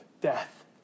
death